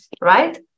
right